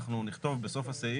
אנחנו נכתוב בסוף הסעיף,